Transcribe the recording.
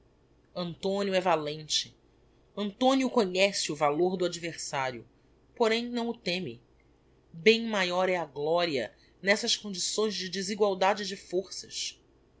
antonio é valente antonio conhece o valor do adversario porém não o teme bem maior é a gloria n'essas condições de desegualdade de forças